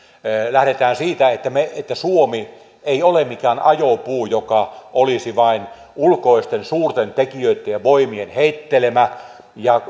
lähdetään siitä että suomi ei ole mikään ajopuu joka olisi vain ulkoisten suurten tekijöitten ja voimien heittelemä ja